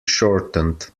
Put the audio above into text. shortened